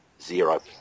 Zero